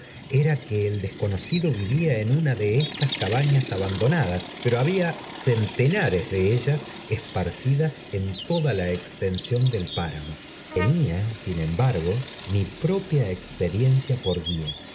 era que el desconocido vivía en una de estas cabañas abandonadas pero había centenares de ellas esparcidas en toda la extensión del pátenía sin embargo mi propia experiencia por guia